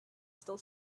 still